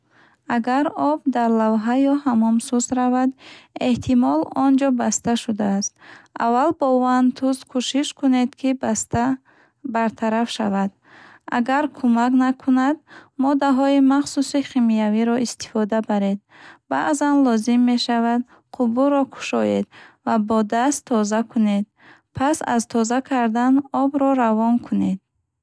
Агар об дар лавҳа ё ҳаммом суст равад, эҳтимол он ҷо баста шудааст. Аввал бо вантуз кӯшиш кунед, ки баста бартараф шавад. Агар кумак накунад, моддаҳои махсуси химиявиро истифода баред. Баъзан лозим мешавад қубурро кушоед ва бо даст тоза кунед. Пас аз тоза кардан, обро равон кунед.